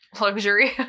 Luxury